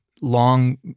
long